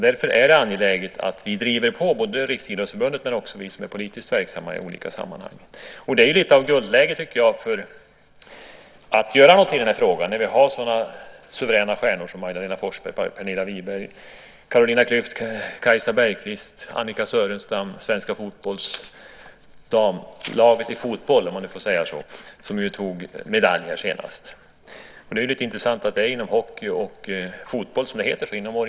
Därför är det angeläget att Riksidrottsförbundet driver på och att också vi som är politiskt verksamma i olika sammanhang gör det. Nu är det lite av ett guldläge att göra något i den här frågan när vi har sådana suveräna stjärnor som Magdalena Forsberg, Pernilla Wiberg, Carolina Klüft, Kajsa Bergqvist, Annika Sörenstam och svenska damlaget i fotboll, om man nu får säga så, som tog medalj här senast. Det är lite intressant att det är inom hockey och fotboll som man sätter ordet "dam" framför.